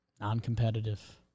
Non-competitive